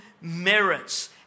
merits